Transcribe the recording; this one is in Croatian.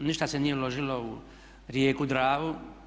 Ništa se nije uložilo u Rijeku Dravu.